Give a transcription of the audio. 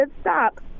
stop